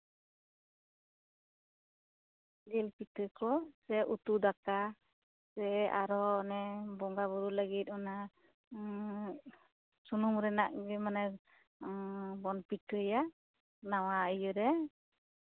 ᱡᱤᱞ ᱯᱤᱴᱷᱟᱹ ᱠᱚ ᱥᱮ ᱩᱛᱩ ᱫᱟᱠᱟ ᱥᱮ ᱟᱨᱚ ᱚᱱᱮ ᱵᱚᱸᱜᱟ ᱵᱩᱨᱩ ᱞᱟᱹᱜᱤᱫ ᱚᱱᱟ ᱥᱩᱱᱩᱢ ᱨᱮᱭᱟᱜ ᱜᱮ ᱢᱟᱱᱮ ᱵᱚᱱ ᱯᱤᱴᱷᱟᱹᱭᱟ ᱱᱟᱣᱟ ᱤᱭᱟᱹᱨᱮ